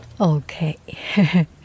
Okay